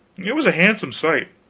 it was a handsome sight,